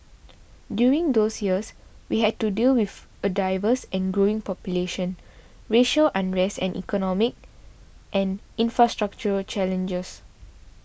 during those years we had to deal with a diverse and growing population racial unrest and economic and infrastructural challenges